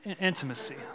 intimacy